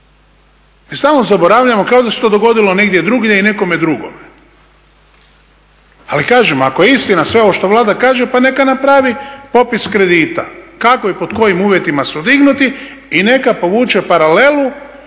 Mi stalno zaboravljamo kao da se to dogodilo negdje drugdje i nekome drugome. Ali kažem, ako je istina sve ovo što Vlada kaže pa neka napravi popis kredita kako i pod kojim uvjetima su dignuti i neka povuče paralelu